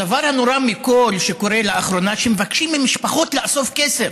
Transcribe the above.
הדבר הנורא מכול שקורה לאחרונה הוא שמבקשים ממשפחות לאסוף כסף,